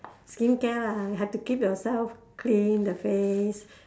skincare lah have to keep yourself clean the face